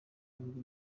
ibihugu